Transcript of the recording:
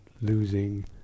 losing